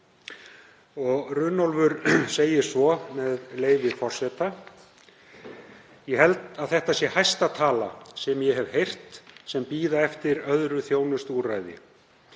Runólfur segir svo, með leyfi forseta: „Ég held að þetta sé hæsta tala sem ég hef heyrt um þá sem bíða eftir öðru þjónustuúrræði.